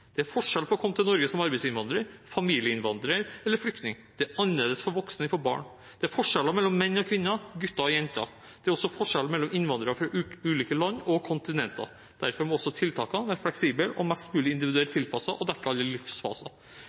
Det er forskjell på om man kommer til Norge som arbeidsinnvandrer, familieinnvandrer eller flyktning. Det er annerledes for voksne enn for barn. Det er forskjeller mellom menn og kvinner og mellom gutter og jenter. Det er også forskjell mellom innvandrere fra ulike land og kontinenter. Derfor må også tiltakene være fleksible, mest mulig individuelt tilpasset og dekke alle livsfaser.